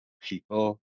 people